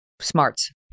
Smarts